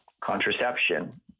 contraception